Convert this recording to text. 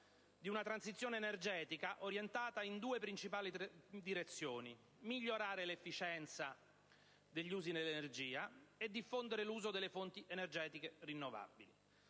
di una transizione energetica orientata in due principali direzioni: migliorare l'efficienza degli usi dell'energia e diffondere l'uso delle fonti energetiche rinnovabili.